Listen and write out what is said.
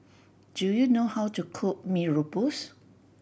do you know how to cook Mee Rebus